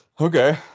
okay